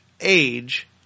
age